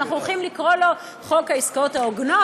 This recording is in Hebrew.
ואנחנו הולכים לקרוא לו "חוק העסקאות ההוגנות".